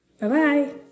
Bye-bye